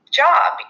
job